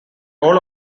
all